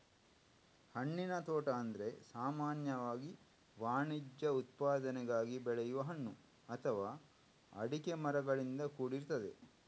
ಹಣ್ಣಿನ ತೋಟ ಅಂದ್ರೆ ಸಾಮಾನ್ಯವಾಗಿ ವಾಣಿಜ್ಯ ಉತ್ಪಾದನೆಗಾಗಿ ಬೆಳೆಯುವ ಹಣ್ಣು ಅಥವಾ ಅಡಿಕೆ ಮರಗಳಿಂದ ಕೂಡಿರ್ತದೆ